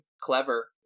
Clever